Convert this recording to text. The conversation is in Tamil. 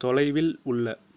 தொலைவில் உள்ள